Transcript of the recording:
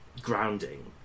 grounding